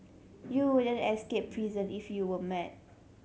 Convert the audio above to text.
you wouldn't escape prison if you weren't mad